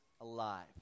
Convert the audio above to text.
alive